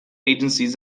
agencies